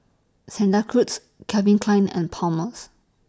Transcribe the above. Santa Cruz Calvin Klein and Palmer's